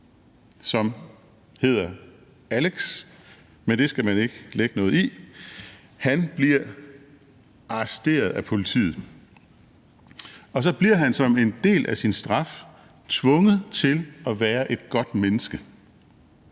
som hedder Alex – men det skal man ikke lægge noget i – bliver arresteret af politiet, og så bliver han som en del af sin straf tvunget til at være et godt menneske.